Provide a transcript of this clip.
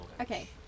Okay